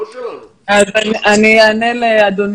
זה לא התפקיד שלנו אני אענה לאדוני.